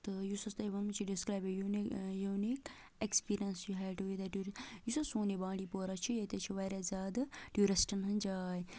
تہٕ یُس حظ تۄہہِ ووٚن چھِ describe a uni unique experience you head یُس حظ سون یہِ بانڈی پورہ چھُ ییٚتہِ حظ چھِ واریاہ زیادٕ ٹیورِسٹَن ہٕنٛز جاے